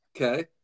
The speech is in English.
Okay